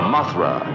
Mothra